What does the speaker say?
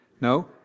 No